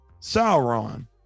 sauron